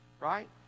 right